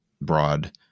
broad